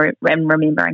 remembering